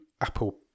Apple